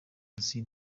ati